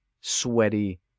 sweaty